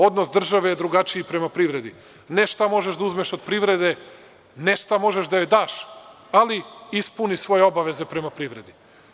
Odnos države je drugačiji prema privredi, ne šta možeš da uzmeš od privrede, ne šta možeš da joj daš, ali ispuni svoje obaveze prema privredi.